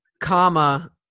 comma